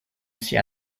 sia